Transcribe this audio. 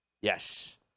Yes